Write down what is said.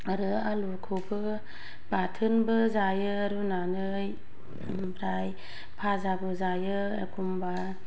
आरो आलुखौबो बाथोनबो जायो रुनानै ओमफ्राय बाजाबो जायो एखम्बा